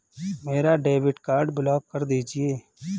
मेरा debit card block कर दीजिए